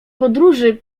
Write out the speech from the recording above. podróży